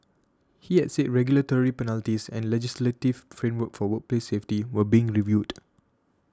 he had said regulatory penalties and legislative framework for workplace safety were being reviewed